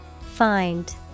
Find